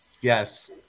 Yes